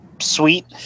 sweet